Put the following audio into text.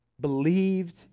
believed